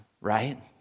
right